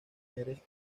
mujeres